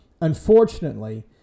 Unfortunately